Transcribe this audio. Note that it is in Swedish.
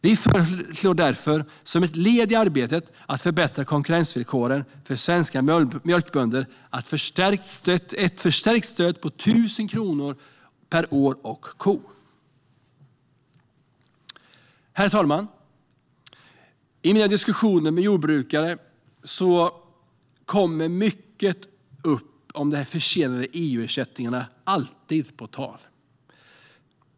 Vi föreslår därför, som ett led i arbetet med att förbättra konkurrensvillkoren för svenska mjölkbönder, ett förstärkt stöd på 1 000 kronor per ko och år. Herr talman! I mina diskussioner med jordbrukare kommer alltid de mycket försenade EU-ersättningarna på tal.